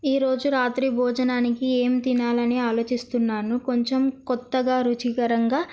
ఈరోజు రాత్రి భోజనానికి ఏం తినాలని ఆలోచిస్తున్నాను కొంచెం కొత్తగా రుచికరంగా